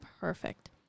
perfect